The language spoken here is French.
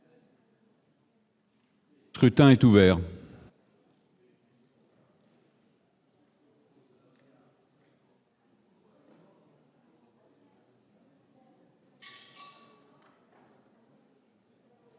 Le scrutin est ouvert.